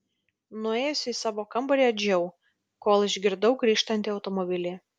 nuėjusi į savo kambarį adžiau kol išgirdau grįžtantį automobilį